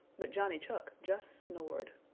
but johnny chuck just snored.